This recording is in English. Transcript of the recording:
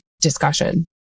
discussion